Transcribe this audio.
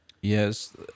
Yes